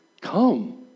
come